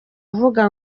avuga